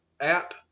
App